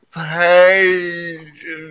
page